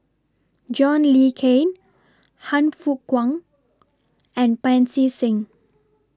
John Le Cain Han Fook Kwang and Pancy Seng